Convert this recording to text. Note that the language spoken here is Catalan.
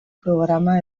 programa